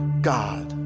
God